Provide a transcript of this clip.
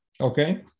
okay